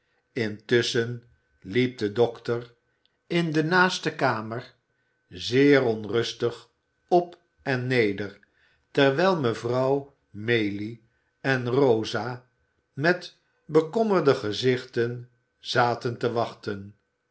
intusschen liep de dokter in de naaste kamer zeer onrustig op en neder terwijl mevrouw maylie en rosa met bekommerde gezichten zaten te wachten